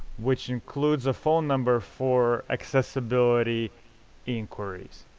which includes a phone number for accessibility inquiries.